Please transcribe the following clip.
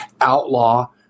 outlaw